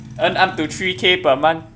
earn up to three K per month